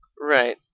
Right